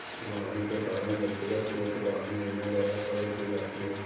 वाहन के कारण व्यक्तिगत चोट वाहन बीमा द्वारा कवर की जाती है